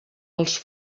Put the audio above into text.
els